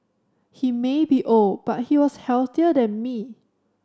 he may be old but he was healthier than me